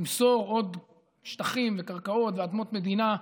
תמסור עוד שטחים וקרקעות ואדמות מדינה,